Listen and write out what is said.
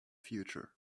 future